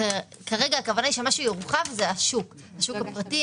כרגע הכוונה היא שמה שיורחב זה השוק - השוק הפרטי,